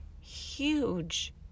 huge